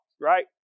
right